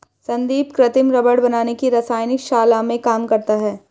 संदीप कृत्रिम रबड़ बनाने की रसायन शाला में काम करता है